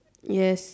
yes